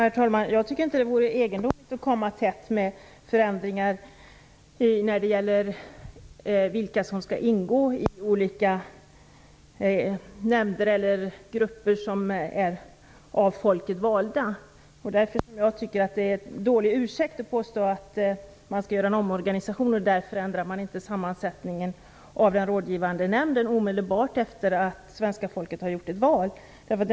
Herr talman! Jag tycker inte att det vore egendomligt att komma tätt till riksdagen med förslag till förändringar när det gäller vilka som skall ingå i olika nämnder eller grupper som är av folket valda. Därför är det en dålig ursäkt att påstå att man skall genomföra en omorganisation och att man därför inte ändrade sammansättningen i den rådgivande nämnden omedelbart efter att svenska folket hade röstat.